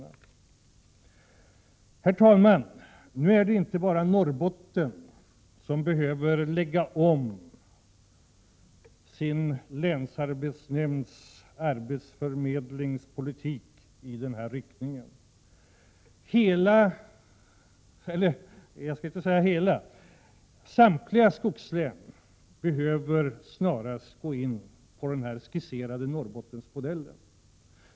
Herr talman! Nu är det inte bara Norrbotten som behöver lägga om sin länsarbetsnämnds arbetsförmedlingspolitik i denna riktning. Samtliga skogslän behöver snarast gå in för den här skisserade Norrbottensmodellen.